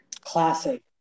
Classic